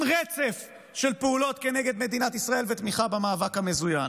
עם רצף של פעולות כנגד מדינת ישראל ותמיכה במאבק המזוין,